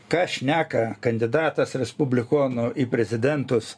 ką šneka kandidatas respublikonų į prezidentus